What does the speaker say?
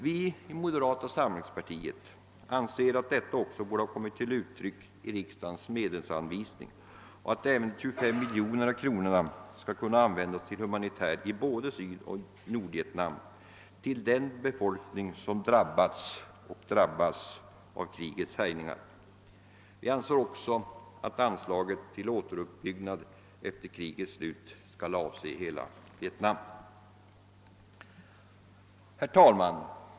Vi i moderata samlingspartiet anser att detta också borde ha kommit till uttryck i riksdagens medelsanvisning och att även de 25 miljoner kronorna skall kunna användas humanitärt i både Nordoch Sydvietnam till den befolkning som drabbats och drabbas av krigets härjningar. Vi anser också att anslaget till återuppbyggnad efter krigets slut skall avse hela Vietnam. Herr talman!